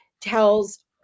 tells